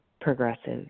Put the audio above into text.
progressive